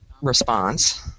response